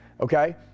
okay